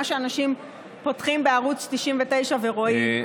מה שאנשים פותחים בערוץ 99 ורואים,